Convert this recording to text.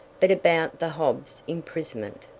but about the hobbs imprisonment,